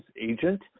agent